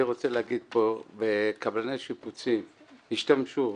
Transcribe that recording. וקבלני השיפוצים השתמשו,